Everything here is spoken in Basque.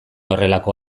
horrelako